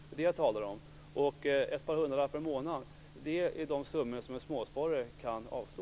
Det är detta jag talar om. Ett par hundralappar i månaden är en summa som en småsparare kan avstå.